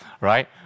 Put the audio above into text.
Right